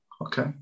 Okay